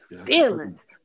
feelings